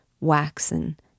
waxen